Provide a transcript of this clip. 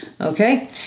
Okay